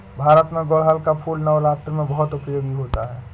भारत में गुड़हल का फूल नवरात्र में बहुत उपयोग होता है